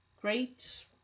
great